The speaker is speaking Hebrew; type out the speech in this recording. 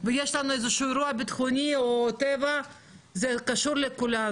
כשיש אירוע ביטחוני או אסון טבע, זה קשור לכולנו.